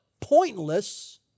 pointless